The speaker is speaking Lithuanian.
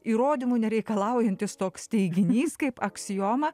įrodymų nereikalaujantis toks teiginys kaip aksioma